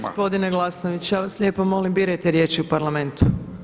Gospodine Glasnović ja vam lijepo molim birajte riječi u Parlamentu.